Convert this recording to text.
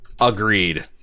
Agreed